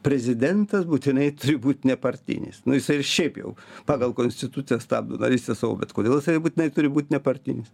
prezidentas būtinai turi būt nepartinis nu jisai ir šiaip jau pagal konstituciją stabdo narystę savo bet kodėl jisai būtinai turi būt nepartinis